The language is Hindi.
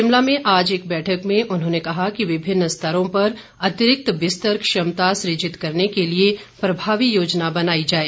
शिमला में आज एक बैठक में उन्होंने कहा कि विभिन्न स्तरों पर अतिरिक्त बिस्तर क्षमता सुजित करने के लिए प्रभावी योजना बनाई जाए